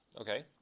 Okay